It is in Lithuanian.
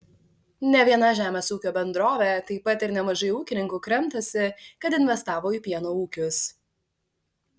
ne viena žemės ūkio bendrovė taip pat ir nemažai ūkininkų kremtasi kad investavo į pieno ūkius